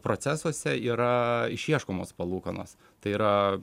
procesuose yra išieškomos palūkanos tai yra